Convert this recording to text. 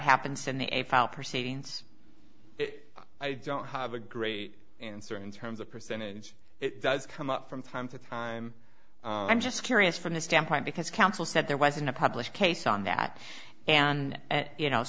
happens in the n f l proceedings i don't have a great answer in terms of percentage it does come up from time to time i'm just curious from the standpoint because counsel said there wasn't a published case on that and you know